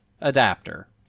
adapter